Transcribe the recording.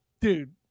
dude